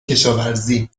کشاورزی